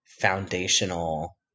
foundational